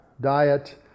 diet